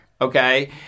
okay